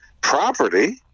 property